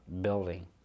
building